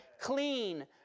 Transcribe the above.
clean